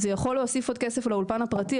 זה יכול להוסיף עוד כסף לאולפן הפרטי,